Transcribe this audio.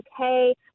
okay